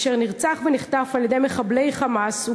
אשר נרצח ונחטף על-ידי מחבלי 'חמאס',